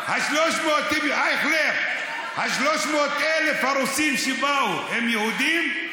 אייכלר, 300,000 הרוסים שבאו, הם יהודים?